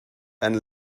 and